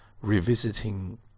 revisiting